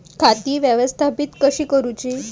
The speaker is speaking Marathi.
खाती व्यवस्थापित कशी करूची?